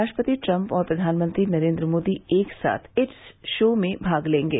राष्ट्रपति ट्रंप और प्रधानमंत्री नरेन्द्र मोदी एक साथ इस रोड शो में भाग लेंगे